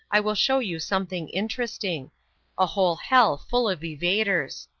i will show you something interesting a whole hell-full of evaders!